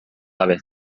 gabe